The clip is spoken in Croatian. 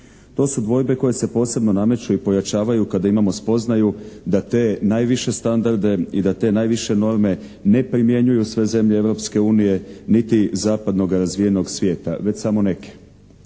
To su dvojbe koje se posebno nameću i pojačavaju kada imamo spoznaju da te najviše standarde i da te najviše norme ne primjenjuju sve zemlje Europske unije niti zapadnoga razvijenoga svijeta već samo neke.